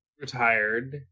retired